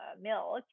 milk